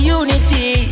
unity